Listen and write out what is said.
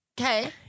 Okay